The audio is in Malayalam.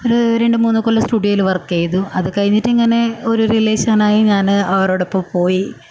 ഒരു രണ്ടുമൂന്ന് കൊല്ലം സ്റ്റുഡിയോയിൽ വർക്ക് ചെയ്തു അത് കഴിഞ്ഞിട്ട് ഇങ്ങനെ ഒരു റിലേഷൻ ആയി ഞാൻ ആ ഓരോടൊപ്പം പോയി